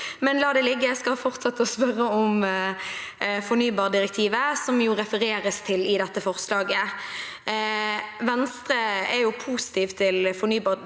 la det ligge. Jeg skal fortsette med å spørre om fornybardirektivet, som refereres til i dette forslaget. Venstre er positiv til fornybardirektivet